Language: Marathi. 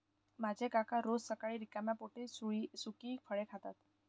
माझे काका रोज सकाळी रिकाम्या पोटी सुकी फळे खातात